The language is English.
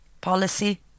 policy